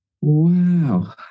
Wow